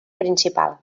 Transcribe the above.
principal